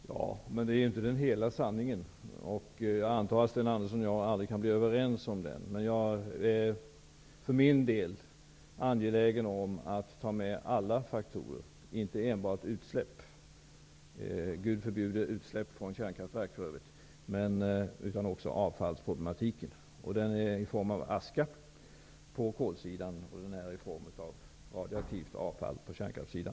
Herr talman! Det är inte hela sanningen, och jag antar att Sten Andersson i Malmö och jag aldrig kan bli överens om den. Jag är för min del angelägen om att ta med alla faktorer, inte enbart utsläpp -- Gud förbjude utsläpp från kärnkraftverk -- utan även avfallsproblematiken. Det gäller aska på kolsidan och radioaktivt avfall på kärnkraftssidan.